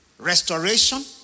Restoration